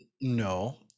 no